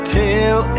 tell